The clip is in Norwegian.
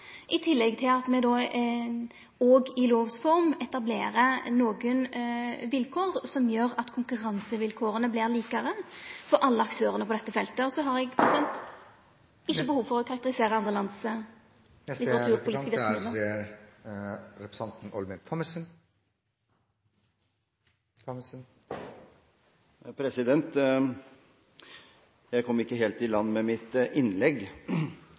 i tillegg til at me òg ved lov etablerer nokre vilkår som gjer at konkurransevilkåra vert likare for alle aktørane på dette feltet. Og så har eg ikkje behov for å kritisere andre land sin kulturpolitikk. Jeg kom ikke helt i land med mitt innlegg,